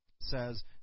says